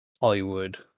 Hollywood